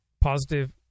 positive